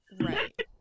right